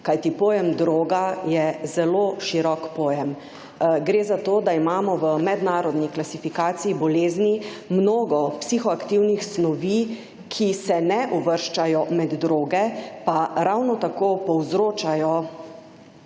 kajti pojem droga je zelo širok pojem. Gre za to, da imamo v mednarodni klasifikaciji bolezni mnogo psihoaktivnih snovi, ki se ne uvrščajo med droge, pa ravno tako povzročajo